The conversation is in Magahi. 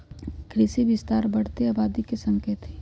कृषि विस्तार बढ़ते आबादी के संकेत हई